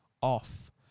off